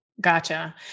Gotcha